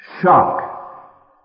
shock